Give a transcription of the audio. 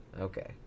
Okay